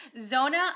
Zona